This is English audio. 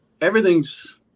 everything's –